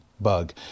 bug